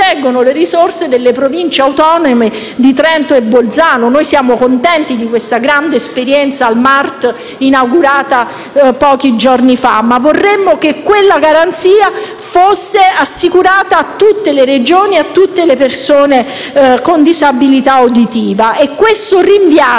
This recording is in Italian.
le risorse delle Province autonome di Trento e Bolzano. Noi siamo contenti di questa grande esperienza al Mart, inaugurata pochi giorni fa, ma vorremmo che quella garanzia fosse assicurata in tutte le Regioni e a tutte le persone con disabilità uditiva. Questo rinviare